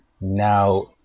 Now